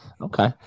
Okay